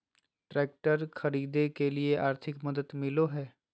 Tractor खरीदे के लिए आर्थिक मदद मिलो है?